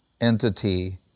entity